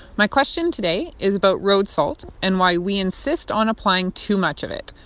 my question today is about road salt and why we insist on applying too much of it,